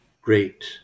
great